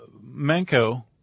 Manco